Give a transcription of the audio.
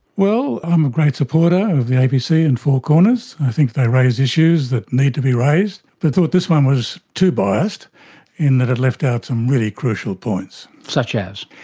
well, i'm a great supporter of the abc and four corners, i think they raise issues that need to be raised. but i thought this one was too biased in that it left out some really crucial points. such as?